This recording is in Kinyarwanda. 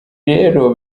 rero